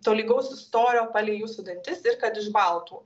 tolygaus storio palei jūsų dantis ir kad iš baltų